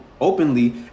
openly